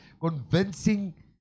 Convincing